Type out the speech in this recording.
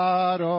God